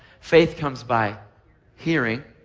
faith comes by hearing,